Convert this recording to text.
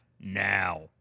Now